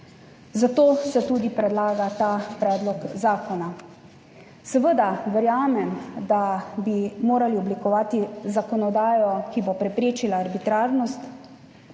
zato se tudi predlaga ta predlog zakona. Seveda verjamem, da bi morali oblikovati zakonodajo, ki bo preprečila arbitrarnost